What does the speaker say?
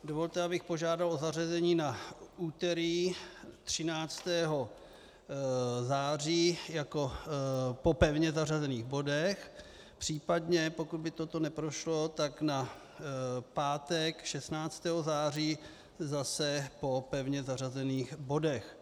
Dovolte, abych požádal o zařazení na úterý 13. září po pevně zařazených bodech, případně pokud by toto neprošlo, tak na pátek 16. září, zase po pevně zařazených bodech.